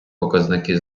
показники